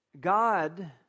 God